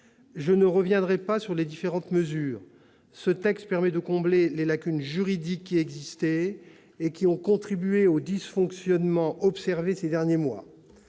Je ne reviendrai pas sur les différentes mesures. Ce texte permet de combler les lacunes juridiques existantes, qui ont contribué aux dysfonctionnements observés ces derniers mois.